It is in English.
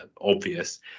obvious